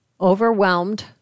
overwhelmed